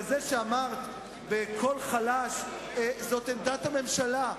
זה שאמרת בקול חלש שזאת עמדת הממשלה,